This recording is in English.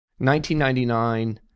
1999